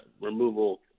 removal